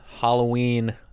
Halloween